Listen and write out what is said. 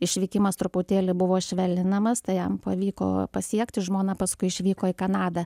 išvykimas truputėlį buvo švelninamas tą jam pavyko pasiekti žmona paskui išvyko į kanadą